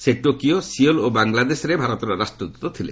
ସେ Tokyo Seoul ଓ ବାଙ୍ଗଲାଦେଶରେ ଭାରତର ରାଷ୍ଟ୍ରଦୃତ ଥିଲେ